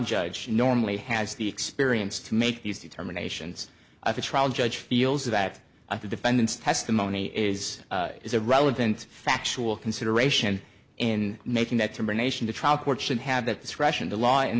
judge normally has the experience to make these determinations of a trial judge feels that i did defendant's testimony is is a relevant factual consideration in making that determination to trial courts should have that discretion the law in